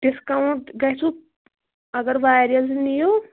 discount گَژھیُو اگر واریاہ ہن نِیِو